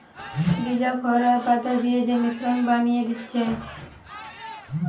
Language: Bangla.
ভিজা খড় আর পাতা দিয়ে যে মিশ্রণ বানিয়ে দিচ্ছে